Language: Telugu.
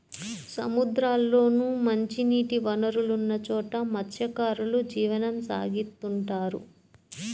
సముద్రాల్లోనూ, మంచినీటి వనరులున్న చోట మత్స్యకారులు జీవనం సాగిత్తుంటారు